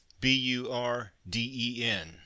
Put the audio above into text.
B-U-R-D-E-N